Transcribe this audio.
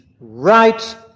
right